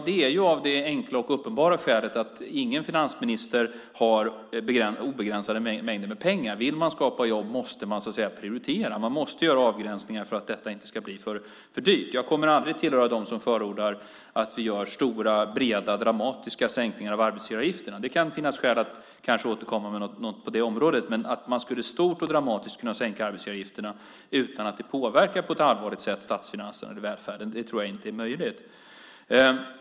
Det är av det enkla och uppenbara skälet att ingen finansminister har obegränsade mängder med pengar. Om man vill skapa jobb måste man prioritera. Man måste göra avgränsningar för att det inte ska bli för dyrt. Jag kommer aldrig att tillhöra dem som förordar att man ska göra stora, breda, dramatiska sänkningar av arbetsgivaravgifterna. Det kanske kan finnas skäl att återkomma på det området. Att man stort och dramatiskt skulle kunna sänka arbetsgivaravgifterna utan att det påverkar statsfinanserna eller välfärden på ett allvarligt sätt tror jag inte.